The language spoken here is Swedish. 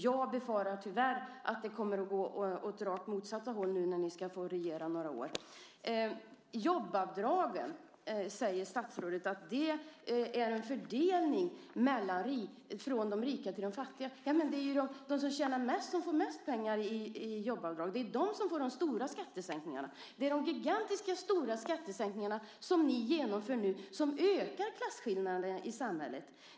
Jag befarar tyvärr att det kommer att gå åt rakt motsatt håll när ni nu ska få regera några år. Jobbavdragen är en fördelning från de rika till de fattiga, säger statsrådet. Men det är ju de som tjänar mest som får mest pengar i jobbavdrag. Det är ju de som får de stora skattesänkningarna. Det är de gigantiska skattesänkningar som ni nu genomför som ökar klasskillnaderna i samhället.